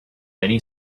many